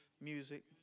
music